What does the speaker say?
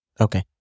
Okay